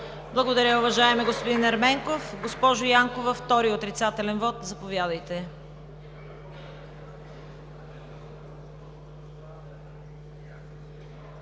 Благодаря Ви, уважаеми господин Ерменков. Госпожо Янкова, втори отрицателен вот. Заповядайте.